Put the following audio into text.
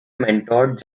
mentored